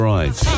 Right